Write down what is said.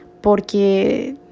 porque